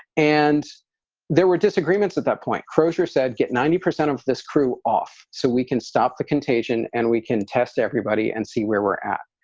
and there were disagreements at that point. crozier said, get ninety percent of this crew off so we can stop the contagion and we can test everybody and see where we're at.